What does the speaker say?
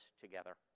together